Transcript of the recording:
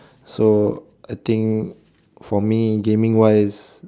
so I think for me gaming wise